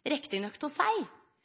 real nok til å seie